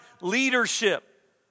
leadership